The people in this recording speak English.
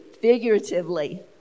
figuratively